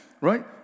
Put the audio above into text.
right